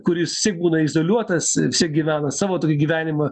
kuris vis tiek būna izoliuotas vis tiek gyvena savo tokį gyvenimą